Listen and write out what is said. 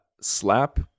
slap